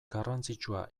garrantzitsua